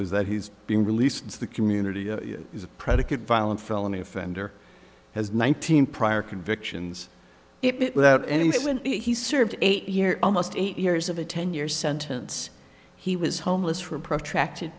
is that he's being released into the community is a predicate violent felony offender has nineteen prior convictions it without any when he served eight years almost eight years of a ten year sentence he was homeless for a protract